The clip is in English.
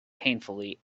painfully